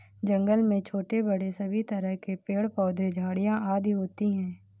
जंगल में छोटे बड़े सभी तरह के पेड़ पौधे झाड़ियां आदि होती हैं